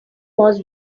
was